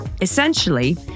Essentially